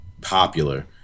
popular